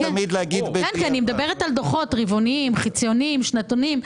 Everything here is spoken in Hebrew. אני מדברת על דוחות רבעוניים, חציוניים או שנתיים.